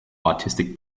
artistic